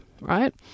right